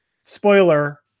spoiler